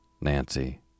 Nancy